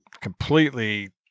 completely